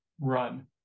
run